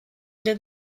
del